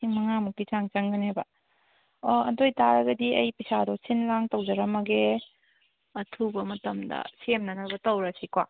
ꯂꯤꯁꯤꯡ ꯃꯉꯥꯃꯨꯛꯀꯤ ꯆꯥꯡ ꯆꯪꯒꯅꯦꯕ ꯑꯣ ꯑꯗꯨꯏꯇꯥꯔꯒꯗꯤ ꯑꯩ ꯄꯩꯁꯥꯗꯣ ꯁꯤꯟꯂꯥꯡ ꯇꯧꯖꯔꯝꯃꯒꯦ ꯑꯊꯨꯕ ꯃꯇꯝꯗ ꯁꯦꯝꯅꯅꯕ ꯇꯧꯔꯁꯤꯀꯣ